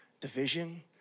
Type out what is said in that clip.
division